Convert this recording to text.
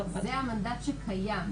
זה המנדט שקיים.